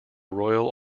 royal